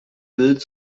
bild